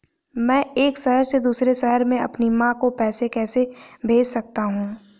मैं एक शहर से दूसरे शहर में अपनी माँ को पैसे कैसे भेज सकता हूँ?